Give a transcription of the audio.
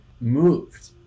moved